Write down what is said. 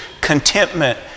contentment